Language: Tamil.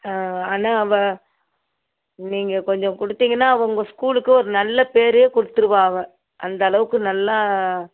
ஆ ஆனால் அவள் நீங்கள் கொஞ்சம் கொடுத்தீங்கன்னா அவள் உங்கள் ஸ்கூலுக்கு ஒரு நல்ல பேரே கொடுத்துருவா அவள் அந்த அளவுக்கு நல்லா